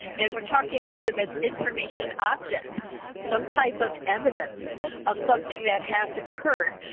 and we're talking about them as information objects. some type of evidence of something that has occurred.